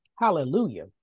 Hallelujah